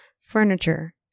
furniture